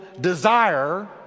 desire